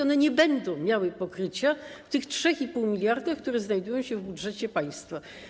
One nie będą miały pokrycia w tych 3,5 mld, które znajdują się w budżecie państwa.